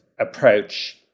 approach